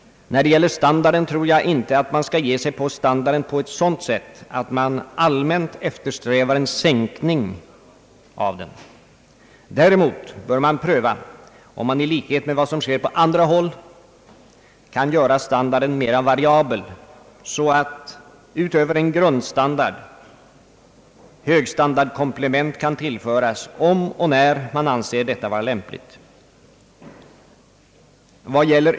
Jag tror inte att man allmänt skall eftersträva en sänkning av standarden. Däremot bör man pröva om man — i likhet med vad som sker på andra håll — kan göra standarden mera variabel så att, utöver en grundstandard, högstandardkomplement kan tillföras om och när man anser detta vara lämpligt.